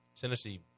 Tennessee